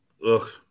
look